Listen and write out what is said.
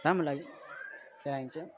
राम्रो लाग्यो